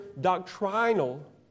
doctrinal